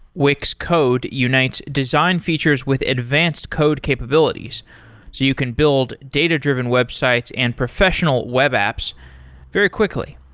wix code unites design features with advanced code capabilities, so you can build data-driven websites and professional web apps very quickly.